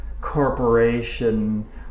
corporation